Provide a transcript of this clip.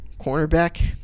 Cornerback